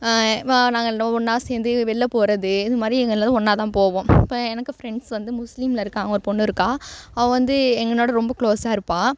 வா நாங்கள் எல்லாம் ஒன்றா சேர்ந்து வெளில போகிறது இது மாதிரி எங்கள் எல்லோரும் ஒன்றாதான் போவோம் இப்போ எனக்கு ஃப்ரெண்ட்ஸ் வந்து முஸ்லீம்ல இருக்க ஒரு பொண்ணு இருக்காள் அவள் வந்து என்னோடய ரொம்ப க்ளோஸாக இருப்பாள்